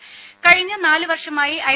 രുമ കഴിഞ്ഞ നാല് വർഷമായി ഐ